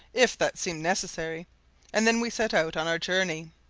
if that seemed necessary and then we set out on our journey.